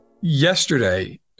yesterday